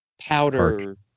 powder